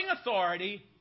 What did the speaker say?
authority